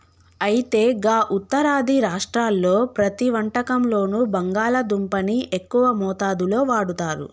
అయితే గా ఉత్తరాది రాష్ట్రాల్లో ప్రతి వంటకంలోనూ బంగాళాదుంపని ఎక్కువ మోతాదులో వాడుతారు